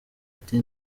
ati